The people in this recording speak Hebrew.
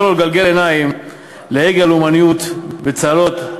לו לגלגל עיניים לעגל הלאומניות בצהלות,